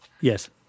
Yes